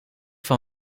van